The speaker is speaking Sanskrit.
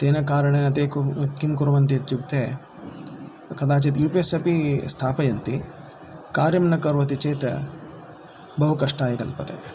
तेन कारणेन ते किं कुर्वन्ति इत्युक्ते कदाचित् यु पि एस् अपि स्थापयन्ति कार्यं न करोति चेत् बहुकष्टाय कल्पते